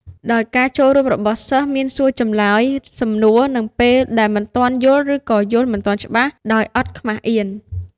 ដោយការចូលរួមរបស់សិស្សមានសួរចម្លើយ សំណួរនិងពេលដែលមិនទាន់យល់ឬក៏យល់មិនទាន់ច្បាស់ ដោយអត់ខ្មាស់អៀន។